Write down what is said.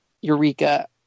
Eureka